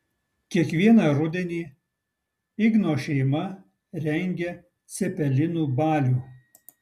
kiekvieną rudenį igno šeima rengia cepelinų balių